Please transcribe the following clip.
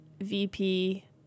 VP